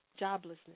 Joblessness